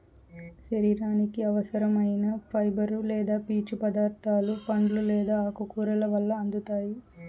శరీరానికి అవసరం ఐన ఫైబర్ లేదా పీచు పదార్థాలు పండ్లు లేదా ఆకుకూరల వల్ల అందుతాయి